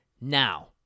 Now